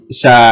sa